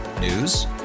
News